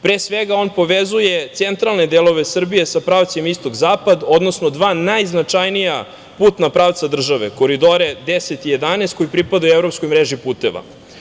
Pre svega, on povezuje centralne delove Srbije sa pravcima istok i zapad, odnosno dva najznačajnija putna pravca države, koridore 10 i 11, koji pripadaju evropskoj mreži puteva.